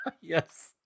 Yes